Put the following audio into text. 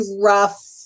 rough